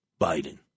Biden